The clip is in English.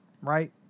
right